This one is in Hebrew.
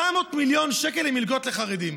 700 מיליון שקל למלגות לחרדים.